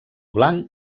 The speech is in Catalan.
blanc